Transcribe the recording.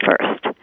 first